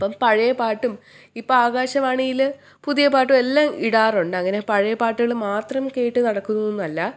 ഇപ്പം പഴയ പാട്ടും ഇപ്പം ആകാശവാണിയിൽ പുതിയ പാട്ടും എല്ലാം ഇടാറുണ്ട് അങ്ങനെ പഴയ പാട്ടുകൾ മാത്രം കേട്ടു നടക്കുന്നതൊന്നും അല്ല